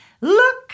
Look